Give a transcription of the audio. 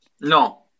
No